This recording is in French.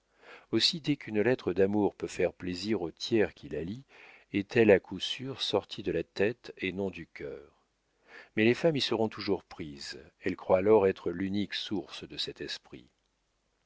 aussi dès qu'une lettre d'amour peut faire plaisir au tiers qui la lit est-elle à coup sûr sortie de la tête et non du cœur mais les femmes y seront toujours prises elles croient alors être l'unique source de cet esprit